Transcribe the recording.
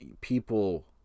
people